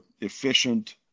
efficient